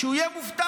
שבו הוא יהיה מובטל.